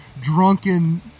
drunken